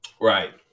Right